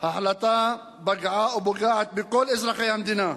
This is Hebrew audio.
ההחלטה פגעה ופוגעת בכל אזרחי המדינה,